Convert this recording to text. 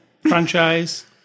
Franchise